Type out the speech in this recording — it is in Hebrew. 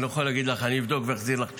אני לא יכול להגיד לך, אני אבדוק ואחזיר לך תשובה.